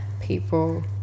people